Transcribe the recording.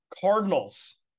Cardinals